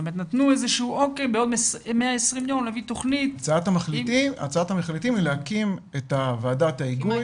נתנו 120 יום להביא תכנית --- הצעת המחליטים היא להקים את ועדת ההיגוי